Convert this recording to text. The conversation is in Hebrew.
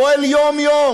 פועל יום-יום